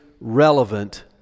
relevant